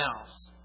else